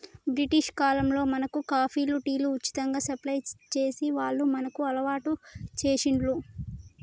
British కాలంలో మనకు కాఫీలు, టీలు ఉచితంగా సప్లై చేసి వాళ్లు మనకు అలవాటు చేశిండ్లు